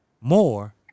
More